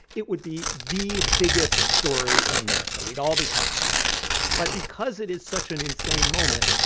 it would be the biggest story in america. we'd all be talking about it but because it is such an insane moment,